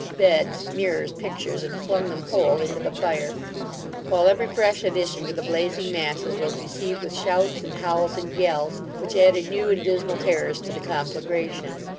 beds, mirrors, pictures, and flung them whole into the fire while every fresh addition to the blazing masses was received with shouts, and howls, and yells, which added new and dismal terrors to the conflagration.